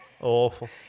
Awful